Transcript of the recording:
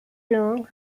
long